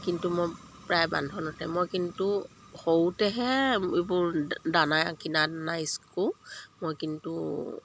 কিন্তু মই প্ৰায় বান্ধোনতে মই কিন্তু সৰুতেহে এইবোৰ দানা কিনা দানা ইউজ কৰোঁ মই কিন্তু